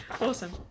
awesome